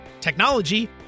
technology